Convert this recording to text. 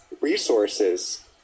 Resources